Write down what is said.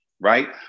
Right